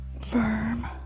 firm